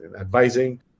advising